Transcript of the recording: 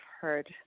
heard